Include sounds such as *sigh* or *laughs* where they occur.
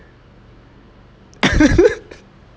*laughs*